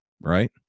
right